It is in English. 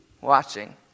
watching